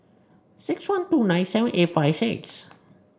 six one two nine seven eight five six